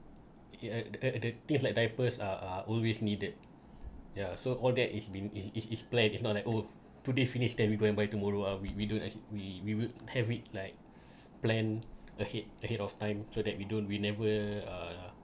uh the uh things like diapers are are always needed yeah so all that it's been it's it's it's plan it's not like oh today finish then we go and by tomorrow ah we we do as we we would have it like plan ahead ahead of time so that we don't we never uh